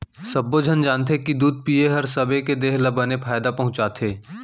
सब्बो झन जानथें कि दूद पिए हर सबे के देह ल बने फायदा पहुँचाथे